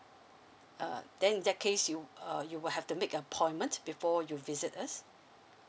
uh then in that case you uh you will have to make appointment before you visit us